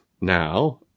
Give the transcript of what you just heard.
now